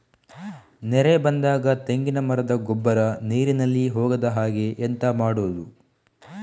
ನೆರೆ ಬಂದಾಗ ತೆಂಗಿನ ಮರದ ಗೊಬ್ಬರ ನೀರಿನಲ್ಲಿ ಹೋಗದ ಹಾಗೆ ಎಂತ ಮಾಡೋದು?